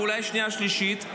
אולי השנייה והשלישית,